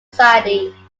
society